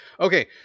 Okay